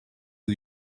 who